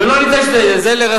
ולא ניתן שזה יהיה.